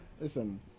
listen